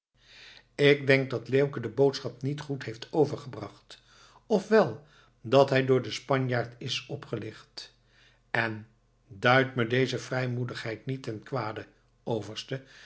ik denk dat leeuwke de boodschap niet goed heeft overgebracht of wel dat hij door den spanjaard is opgelicht en duid me deze vrijmoedigheid niet ten kwade overste